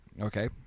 Okay